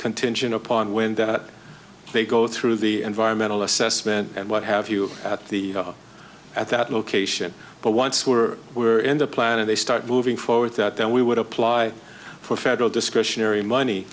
contingent upon when that they go through the environmental assessment and what have you at the at that location but once we're we're in the plan and they start moving forward that then we would apply for federal discretionary money